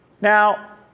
Now